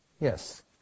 Yes